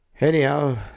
anyhow